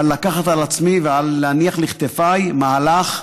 לקחת זאת על עצמי ולהניח על כתפיי, מהלך,